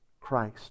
Christ